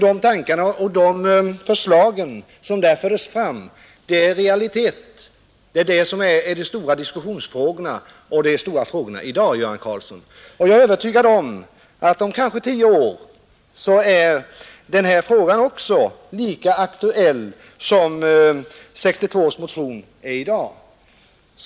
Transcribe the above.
De tankar och de förslag som där fördes fram är de stora diskussionsfrågorna i dag. Jag är övertygad om att den här frågan om tio år är lika aktuell som 1962 års motion är i dag.